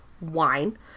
wine